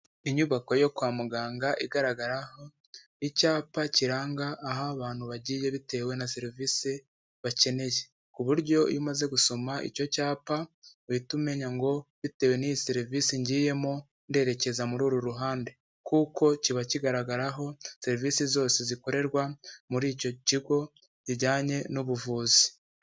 Inyubako yo kwa muganga igaragaraho icyapa kiranga aho abantu bagiye bitewe na serivisi bakeneye, ku buryo iyo umaze gusoma icyo cyapa uhita umenya ngo bitewe n'iyo serivisi ngiyemo nderekeza muri uru ruhande kuko kiba kigaragaraho serivisi zose zikorerwa muri icyo kigo kijyanye n'ubuvuzi.